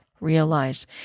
realize